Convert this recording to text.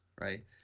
right